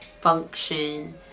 function